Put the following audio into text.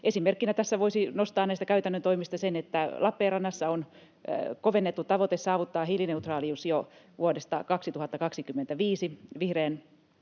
Esimerkkinä tässä voisi nostaa näistä käytännön toimista sen, että Lappeenrannassa on kovennettu tavoite saavuttaa hiilineutraalius jo vuodesta 2025 vihreän